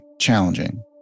challenging